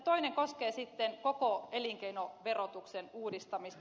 toinen koskee sitten koko elinkeinoverotuksen uudistamista